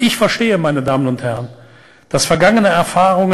אני מבין שניסיון העבר נוטע לפעמים ספקות,